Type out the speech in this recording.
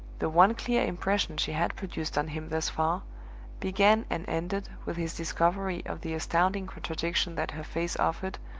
the one clear impression she had produced on him thus far began and ended with his discovery of the astounding contradiction that her face offered,